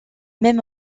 même